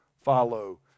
follow